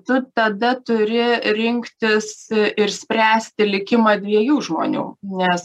tu tada turi rinktis ir spręsti likimą dviejų žmonių nes